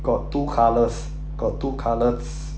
got two colours got two colours